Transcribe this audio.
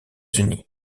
unis